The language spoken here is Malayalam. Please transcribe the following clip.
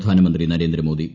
പ്രധാനമന്ത്രി നരേന്ദ്രമോദി